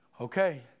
Okay